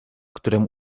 któremu